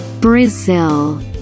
Brazil